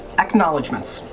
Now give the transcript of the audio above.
acknowledgements.